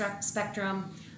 spectrum